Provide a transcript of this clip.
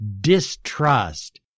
distrust